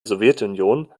sowjetunion